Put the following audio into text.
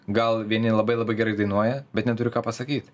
gal vieni labai labai gerai dainuoja bet neturi ką pasakyti